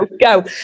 go